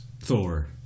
Thor